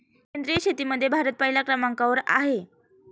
सेंद्रिय शेतीमध्ये भारत पहिल्या क्रमांकावर आहे